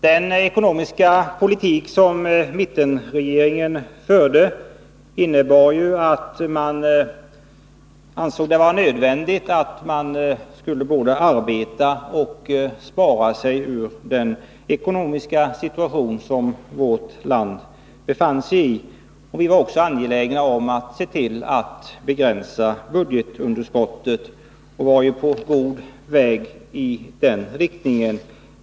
Den ekonomiska politik som mittenregeringen förde innebar att man ansåg det vara nödvändigt att både arbeta och spara sig ur den ekonomiska situation som vårt land befann sigi. Vi var också angelägna om att begränsa budgetunderskottet, och vi var på god väg i den riktningen.